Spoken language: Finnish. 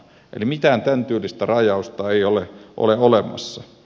eli mitään tämän tyylistä rajausta ei ole olemassa